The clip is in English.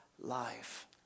life